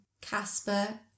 Casper